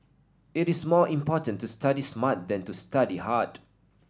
it is more important to study smart than to study hard